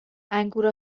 انگور